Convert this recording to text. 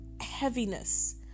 heaviness